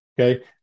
Okay